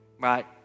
right